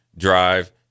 drive